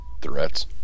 threats